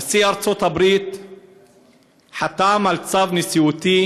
נשיא ארצות-הברית חתם על צו נשיאותי